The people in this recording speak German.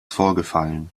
vorgefallen